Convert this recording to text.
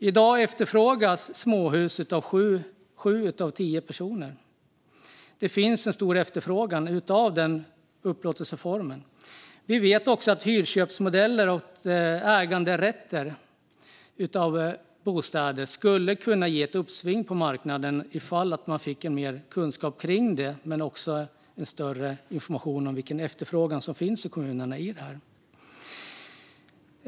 I dag efterfrågas småhus av sju av tio personer. Det finns en stor efterfrågan på den upplåtelseformen. Vi vet också att hyrköpsmodeller och äganderätter skulle kunna ge ett uppsving på marknaden ifall man fick mer kunskap kring det och mer information om vilken efterfrågan som finns i kommunerna.